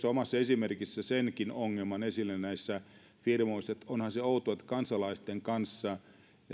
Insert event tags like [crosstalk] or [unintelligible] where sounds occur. [unintelligible] omassa esimerkissä senkin ongelman esille näistä firmoista että onhan se outoa että kansalaisten kanssa